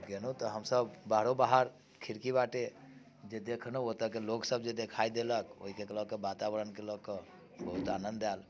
आ गेलहुँ तऽ हम सभ बाहरो बाहर खिड़की बाटे जे देखलहुँ ओतहुके लोक सभ जे देखाइ देलक ओहिके लऽकऽ वातावरणके लऽकऽ बहुत आनंद आएल